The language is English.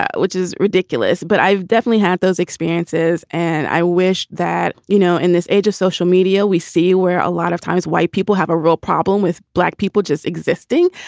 yeah which is ridiculous. but i've definitely had those experiences. and i wish that, you know, in this age of social media, we see where a lot of times white people have a real problem with black people just existing.